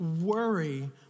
worry